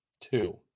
Two